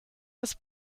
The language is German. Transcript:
des